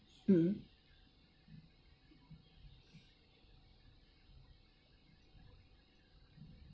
mmhmm